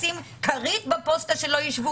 לשים כרית בפוסטה שלא יישבו